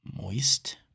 moist